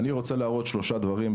אני רוצה להראות שלושה דברים,